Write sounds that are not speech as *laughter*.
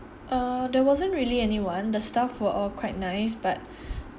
uh there wasn't really anyone the staff were all quite nice but *breath*